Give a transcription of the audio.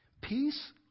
Peace